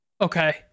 Okay